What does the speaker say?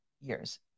years